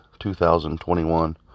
2021